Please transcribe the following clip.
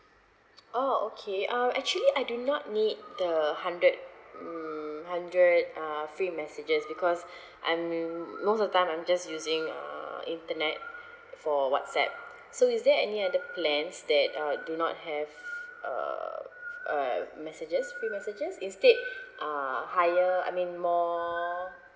oh okay uh actually I do not need the hundred mm hundred uh free messages because I'm will most of the time I'm just using uh internet for whatsapp so is there any other plans that uh do not have uh f~ uh messages free messages instead uh higher I mean more